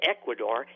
Ecuador